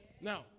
now